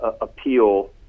appeal